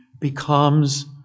becomes